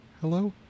Hello